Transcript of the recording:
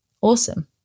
awesome